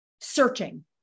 searching